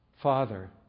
Father